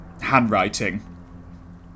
handwriting